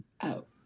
out